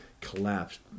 collapsed